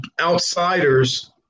outsiders